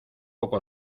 poco